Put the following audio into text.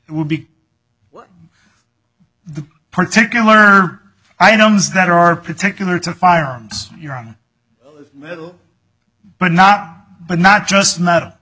the particular items that are particular to firearms in your own little but not but not just not